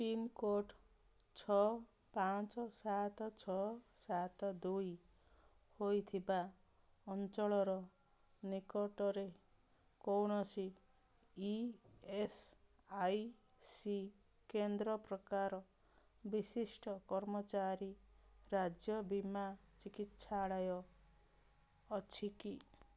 pincode ଛଅ ପାଞ୍ଚ ସାତ ଛଅ ସାତ ଦୁଇ ହୋଇଥିବା ଅଞ୍ଚଳର ନିକଟରେ କୌଣସି ଇ ଏସ୍ ଆଇ ସି କେନ୍ଦ୍ର ପ୍ରକାର ବିଶିଷ୍ଟ କର୍ମଚାରୀ ରାଜ୍ୟ ବୀମା ଚିକିତ୍ସାଳୟ ଅଛି କି